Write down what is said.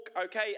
okay